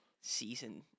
season